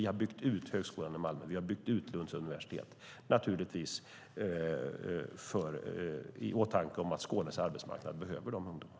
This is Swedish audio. Vi har byggt ut högskolan i Malmö och Lunds universitet, naturligtvis med tanke på att Skånes arbetsmarknad behöver utbildade ungdomar.